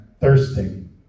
thirsting